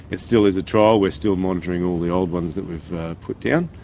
it still is a trial, we are still monitoring all the old ones that we've put down,